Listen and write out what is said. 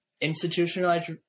institutionalized